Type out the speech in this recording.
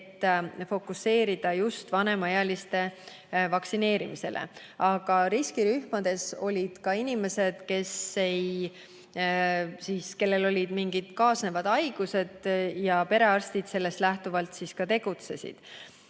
et fokuseerida vanemaealiste vaktsineerimisele. Aga riskirühmades oli ka selliseid inimesi, kellel olid mingid kaasnevad haigused, ja perearstid sellest lähtuvalt ka tegutsesid.